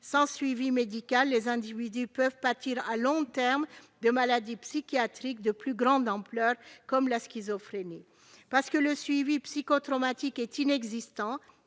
Sans suivi médical, les individus peuvent pâtir à long terme de maladies psychiatriques de plus grande ampleur, comme la schizophrénie. Parce que le suivi psychotraumatique est inexistant